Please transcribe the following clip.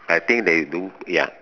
I think they do ya